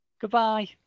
Goodbye